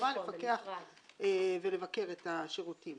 חובה לפקח ולבקר את השירותים